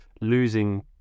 losing